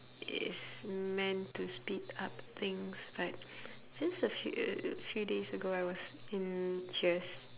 is meant to speed up things but since the few few days ago I was in cheers